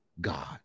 God